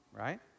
right